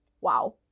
Wow